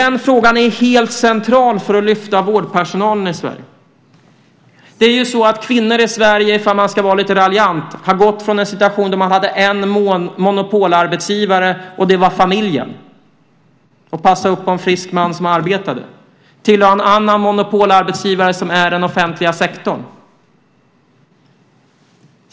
Den frågan är helt central för att lyfta vårdpersonalen i Sverige. Kvinnor i Sverige - ifall man ska vara lite raljant - har gått från en situation där de hade en monopolarbetsgivare, och det var familjen och att passa upp på en frisk man som arbetade, till att ha en annan monopolarbetsgivare som är den offentliga sektorn.